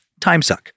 timesuck